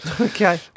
Okay